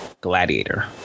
Gladiator